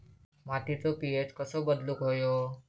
मातीचो पी.एच कसो बदलुक होयो?